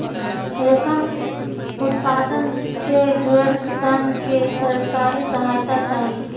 रेशम उत्पादन से जुड़ल किसान के सरकारी सहायता चाहि